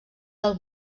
del